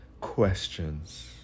questions